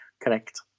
Correct